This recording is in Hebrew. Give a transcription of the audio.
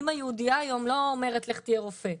אמא יהודיה היום לא אומרת לך תהיה רופא.